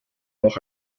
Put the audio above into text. doch